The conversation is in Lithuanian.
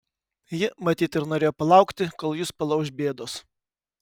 ji matyt ir norėjo palaukti kol jus palauš bėdos